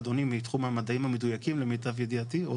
ואדוני מתחום המדעים המדויקים למיטב ידיעתי.